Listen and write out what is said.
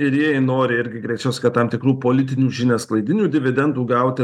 ir jiejie nori irgi greičiaus kad tam tikrų politinių žiniasklaidinių dividendų gauti